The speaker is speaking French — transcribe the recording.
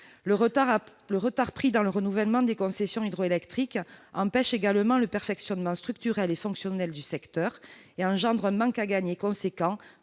Le retard pris dans le renouvellement des concessions hydroélectriques empêche également le perfectionnement structurel et fonctionnel du secteur, et engendre un manque à gagner considérable